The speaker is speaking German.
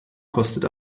kostet